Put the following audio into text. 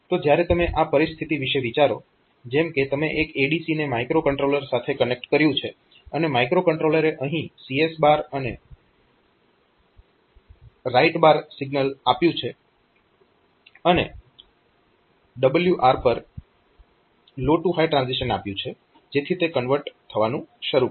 તો જ્યારે તમે આ પરિસ્થિતિ વિશે વિચારો જેમ કે તમે એક ADC ને માઇક્રોકન્ટ્રોલર સાથે કનેક્ટ કર્યું છે અને માઇક્રોકન્ટ્રોલરે અહીં CS અને WR સિગ્નલ આપ્યું છે અને WR પર લો ટૂ હાય ટ્રાન્ઝીશન આપ્યું છે જેથી તે કન્વર્ટ થવાનું શરૂ કરે